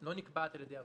לא נקבעת על-ידי הוועדה.